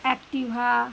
Activa